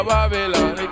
Babylon